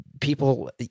people